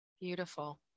Beautiful